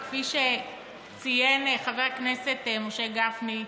וכפי שציין חבר הכנסת משה גפני,